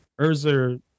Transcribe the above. Urza